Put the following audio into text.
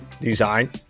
design